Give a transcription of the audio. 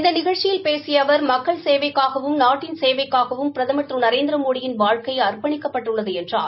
இந்த நிகழச்சியில் பேசிய அவா் மக்கள் சேவைக்காகவும் நாட்டின் சேவைக்காகவும் பிரதமா் திரு நரேந்திரமோடியின் வாழ்க்கை அர்ப்பணிக்கப்பட்டுள்ளது என்றார்